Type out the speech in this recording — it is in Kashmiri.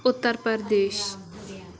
اُتر پردیش